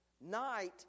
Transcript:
Night